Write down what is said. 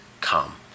come